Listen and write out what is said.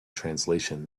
translation